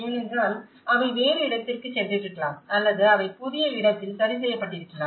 ஏனென்றால் அவை வேறு இடத்திற்குச் சென்றிருக்கலாம் அல்லது அவை புதிய இடத்தில் சரிசெய்யப்பட்டிருக்கலாம்